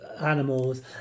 animals